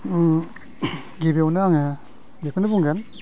गिबियावनो आङो बेखौनो बुंगोन